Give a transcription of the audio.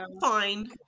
fine